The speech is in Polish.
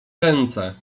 ręce